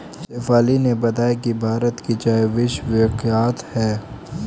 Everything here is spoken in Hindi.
शेफाली ने बताया कि भारत की चाय विश्वविख्यात है